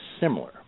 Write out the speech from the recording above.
similar